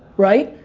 right?